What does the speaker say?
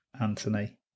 anthony